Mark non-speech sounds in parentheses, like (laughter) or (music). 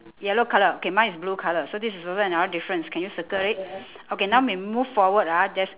yellow colour okay mine is blue colour so this is also another difference can you circle it (breath) okay now we move forward ah there's